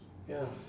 ya